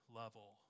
level